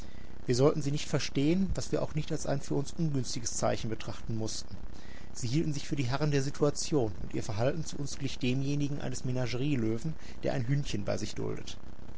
wir sollten sie nicht verstehen was wir auch als ein für uns ungünstiges zeichen betrachten mußten sie hielten sich für die herren der situation und ihr verhalten zu uns glich demjenigen eines menagerielöwen der ein hündchen bei sich duldet